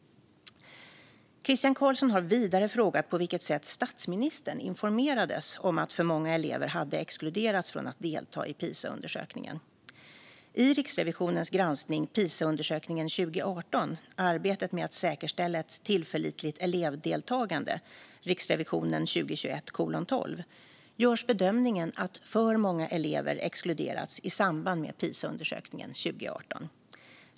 Christian Carlsson har vidare frågat på vilket sätt statsministern informerades om att för många elever hade exkluderats från att delta i Pisaundersökningen. I Riksrevisionens granskning Pisa - undersökningen 2018 - arbetet med att säkerställa ett tillförlitligt elevdeltagande görs bedömningen att för många elever exkluderats i samband med Pisaundersökningen 2018.